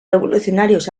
revolucionarios